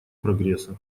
прогресса